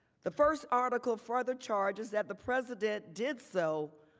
the first article for the charges that the president did so,